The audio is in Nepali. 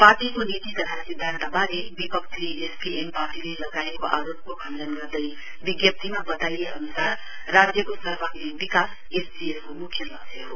पार्टीको नीति तथा सिध्यान्तवारे बिपक्षी एसकेपार्टीले लगाएको आरोपको खण्डन गर्दै विज्ञप्तीमा बताइए अनुसार राज्यको सर्वाङ्गीन विकास एसडीएफ को मुख्य लक्ष्य हो